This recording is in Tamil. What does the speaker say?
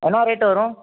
என்ன ரேட்டு வரும்